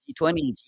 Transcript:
G20